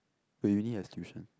oh uni has tuition